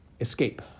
escape